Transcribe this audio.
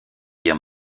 dire